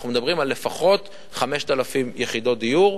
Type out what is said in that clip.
אנחנו מדברים על לפחות 5,000 יחידות דיור.